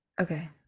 okay